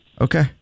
Okay